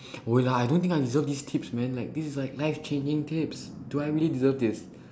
no lah I don't think I deserve these tips man like this like life saving tips do I really deserve this